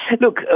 Look